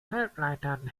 halbleitern